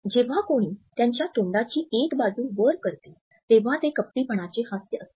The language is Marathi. जेव्हा कोणी त्यांच्या तोंडाची एक बाजू वर करते तेव्हा ते कपटीपणाचे हास्य असते